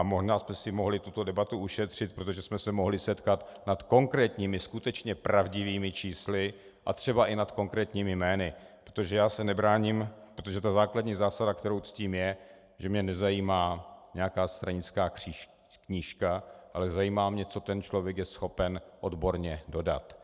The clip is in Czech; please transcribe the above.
Možná jsme si mohli tuto debatu ušetřit, protože jsme se mohli setkat nad konkrétními, skutečně pravdivými čísly a třeba i nad konkrétními jmény, protože já se nebráním a protože základní zásada, kterou ctím, je, že mě nezajímá nějaká stranická knížka, ale zajímá mě, co ten člověk je schopen odborně dodat.